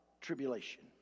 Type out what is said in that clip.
tribulation